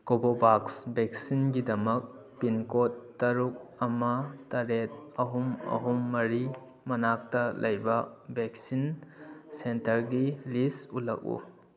Covovax ꯚꯦꯛꯁꯤꯟꯒꯤꯗꯃꯛ ꯄꯤꯟꯀꯣꯗ ꯇꯔꯨꯛ ꯑꯃ ꯇꯔꯦꯠ ꯑꯍꯨꯝ ꯑꯍꯨꯝ ꯃꯔꯤ ꯃꯅꯥꯛꯇ ꯂꯩꯕ ꯚꯦꯛꯁꯤꯟ ꯁꯦꯟꯇꯔꯒꯤ ꯂꯤꯁ ꯎꯠꯂꯛꯎ